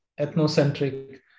ethnocentric